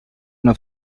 una